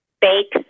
Bake